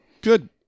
Good